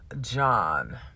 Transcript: John